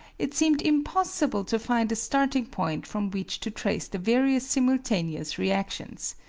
it seemed impossible to find a starting-point from which to trace the various simultaneous reactions.